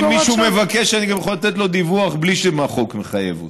אם מישהו מבקש אני גם יכול לתת לו דיווח בלי שהחוק מחייב אותי.